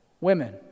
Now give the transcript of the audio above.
women